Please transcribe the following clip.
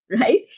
right